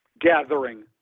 gathering